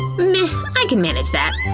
meh, i can manage that.